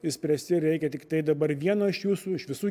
išspręsti reikia tiktai dabar vieno iš jūsų iš visų